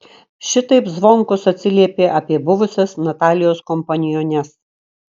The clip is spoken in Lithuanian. šitaip zvonkus atsiliepė apie buvusias natalijos kompaniones